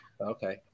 Okay